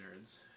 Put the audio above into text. nerds